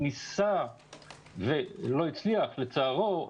ניסה ולא הצליח לצערו,